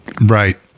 Right